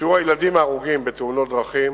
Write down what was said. שיעור הילדים ההרוגים בתאונות דרכים